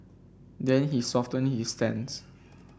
then he softened his stance